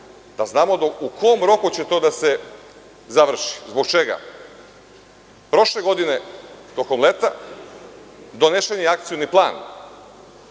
da znamo u kom roku će to da se završi. Zbog čega? Prošle godine, tokom leta, donesen je Akcioni plan,